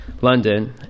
London